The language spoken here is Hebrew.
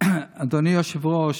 אדוני היושב-ראש,